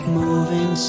moving